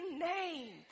name